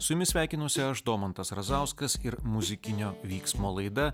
su jumis sveikinuosi aš domantas razauskas ir muzikinio vyksmo laida